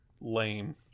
lame